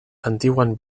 antiguan